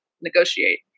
negotiate